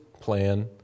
plan